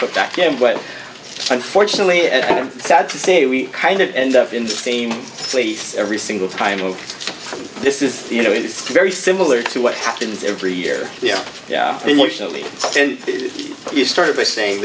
put back in but unfortunately and i'm sad to say we kind of end up in the same place every single time ok this is you know it's very similar to what happens every year yeah yeah and you started by saying